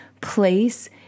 place